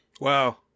Wow